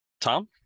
Tom